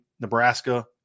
Nebraska